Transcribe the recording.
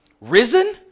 Risen